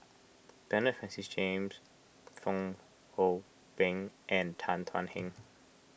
Bernard Francis James Fong Hoe Beng and Tan Thuan Heng